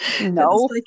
No